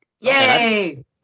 Yay